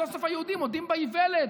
סוף-סוף היהודים מודים באיוולת,